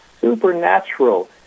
supernatural